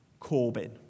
Corbyn